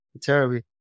terribly